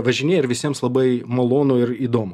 važinėja ir visiems labai malonu ir įdomu